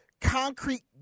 concrete